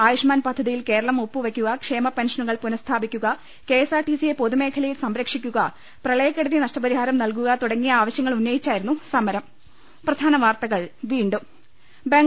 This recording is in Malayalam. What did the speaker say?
ആയുഷ്മാൻ പദ്ധതിയിൽ കേരളം ഒപ്പുവെക്കുക ക്ഷേമപെൻഷ നുകൾ പുനഃസ്ഥാപിക്കുക കെ എസ് ആർ ടി സിയെ പൊതുമേഖലയിൽ സംരക്ഷിക്കുക പ്രളയക്കെടുതി നഷ്ടപരിഹാരം നൽകുക തുടങ്ങിയ ആവശൃങ്ങൾ ഉന്നയിച്ചായിരുന്നു സമരം